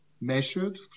measured